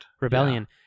rebellion